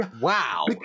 wow